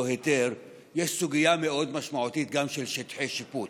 היתר יש גם סוגיה מאוד משמעותית של שטחי שיפוט.